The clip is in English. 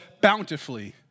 bountifully